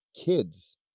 Kids